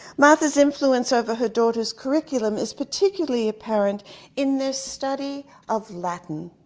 martha's influence over her daughter's curriculum is particularly apparent in this study of latin.